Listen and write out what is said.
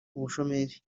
ubushomeri